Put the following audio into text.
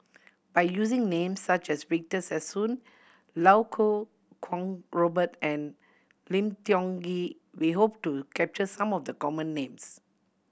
by using names such as Victor Sassoon Iau Kuo Kwong Robert and Lim Tiong Ghee we hope to capture some of the common names